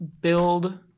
build